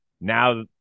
Now